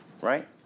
right